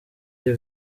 iyo